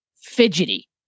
fidgety